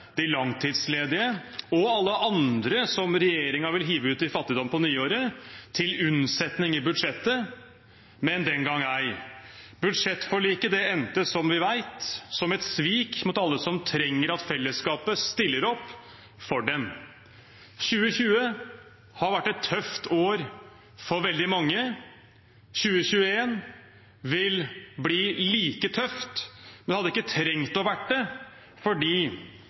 de langtidsledige og alle andre som regjeringen vil hive ut i fattigdom på nyåret, til unnsetning i budsjettet – men den gang ei. Budsjettforliket endte, som vi vet, som et svik mot alle som trenger at fellesskapet stiller opp for dem. 2020 har vært et tøft år for veldig mange. 2021 vil bli like tøft. Men det hadde ikke trengt å være det,